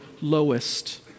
lowest